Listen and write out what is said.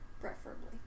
Preferably